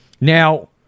Now